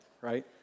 right